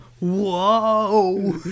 whoa